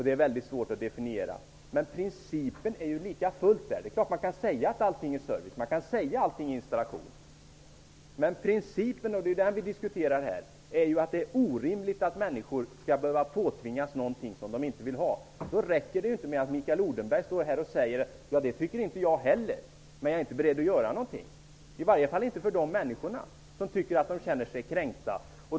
Detta är väldigt svårt att definiera. Men principen är lika fullt densamma. Det är klart att man kan säga att allting är service och installation, men principen som vi här diskuterar är ju att det är orimligt att människor skall behöva påtvingas något som de inte vill ha. Då räcker det inte med att Mikael Odenberg säger att han instämmer, men att han inte är beredd att göra någonting, i varje fall inte för de människor som känner sig kränkta.